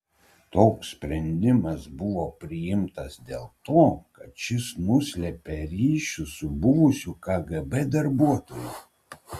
toks sprendimas buvo priimtas dėl to kad šis nuslėpė ryšius su buvusiu kgb darbuotoju